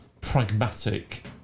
pragmatic